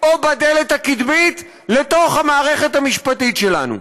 או בדלת הקדמית לתוך המערכת המשפטית שלנו.